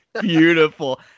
Beautiful